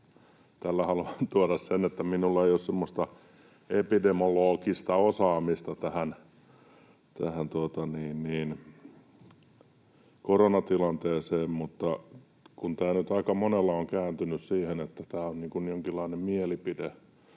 Tällä haluan tuoda sen, että minulla ei ole semmoista epidemiologista osaamista tähän koronatilanteeseen, mutta kun tämä nyt aika monella on kääntynyt siihen, että tämä on jonkinlainen mielipideasia,